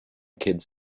kids